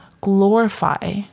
glorify